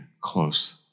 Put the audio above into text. close